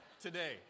today